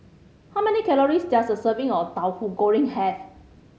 how many calories does a serving of Tauhu Goreng have